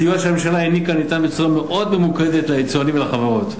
הסיוע שהממשלה העניקה ניתן בצורה מאוד ממוקדת ליצואנים ולחברות.